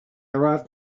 arrive